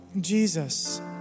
Jesus